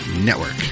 Network